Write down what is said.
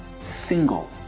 single